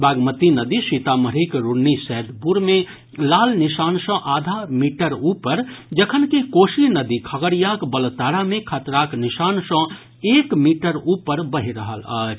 बागमती नदी सीतामढ़ीक रून्नीसैदपुर मे लाल निशान सँ आधा मीटर ऊपर जखनकि कोसी नदी खगड़ियाक बलतारा मे खतराक निशान सँ एक मीटर ऊपर बहि रहल अछि